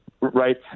Right